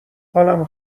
حالم